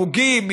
הרוגים,